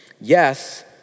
yes